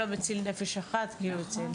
כל המציל נפש אחת, תהיו איתי,